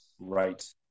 Right